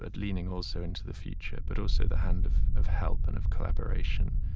and leaning also into the future, but also the hand of of help and of collaboration.